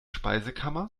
speisekammer